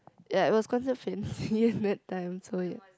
ya it was considered fancy at that time so ya